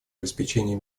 обеспечения